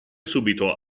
subito